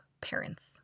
parents